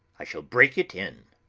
i shall break it in.